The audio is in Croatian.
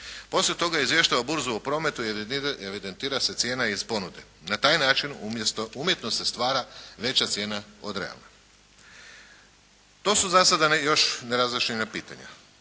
Poslije toga izvještava burzu o prometu i evidentira se cijena iz ponude. Na taj način umjesto, umjetno se stvara veća cijena od realne. To su zasada još nerazjašnjena pitanja.